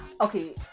Okay